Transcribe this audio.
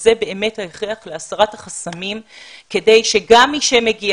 וזה באמת הסרת החסמים כדי שגם מי שמגיע